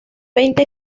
veinte